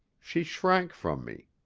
she shrank from me.